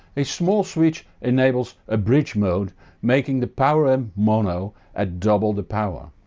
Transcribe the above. a small switch enables a bridge mode making the power amp mono at double the power.